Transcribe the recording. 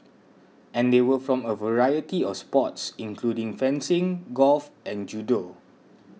and they were from a variety of sports including fencing golf and judo